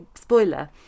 spoiler